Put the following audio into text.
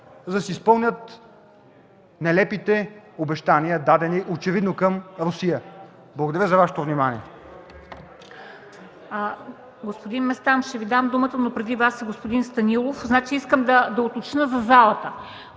за да си изпълнят нелепите обещания, дадени очевидно към Русия. Благодаря за Вашето внимание.